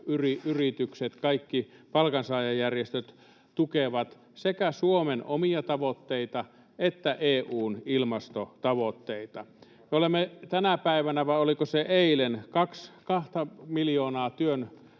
yritykset, kaikki palkansaajajärjestöt tukevat sekä Suomen omia tavoitteita että EU:n ilmastotavoitteita. [Petri Huru: Ei ne kyllä ihan kaikki tue!] Tänä päivänä, vai oliko se eilen, kahta miljoonaa työntekijää